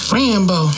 Rambo